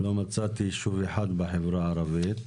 לא מצאתי יישוב אחד בחברה הערבית.